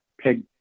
pig